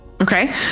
Okay